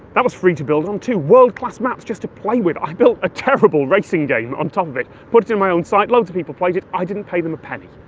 that was free to build on, too. world-class maps just to play with. i built a terrible racing game on top of it, put it in my own site, loads of people played it, i didn't pay them a penny.